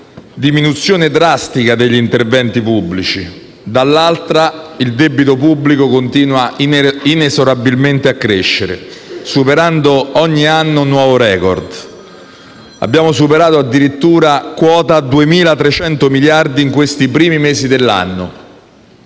diminuzione drastica degli interventi pubblici, dall'altra il debito pubblico continua inesorabilmente a crescere, superando ogni anno un nuovo *record*. Abbiamo superato addirittura quota 2.300 miliardi di euro in questi primi mesi dell'anno.